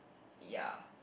ya